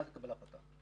ואז נקבל החלטה.